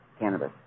cannabis